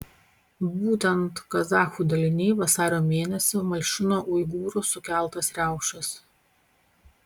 būtent kazachų daliniai vasario mėnesį malšino uigūrų sukeltas riaušes